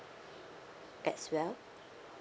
as well